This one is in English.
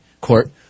Court